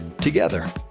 together